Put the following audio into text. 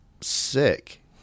sick